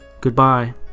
goodbye